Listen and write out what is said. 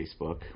Facebook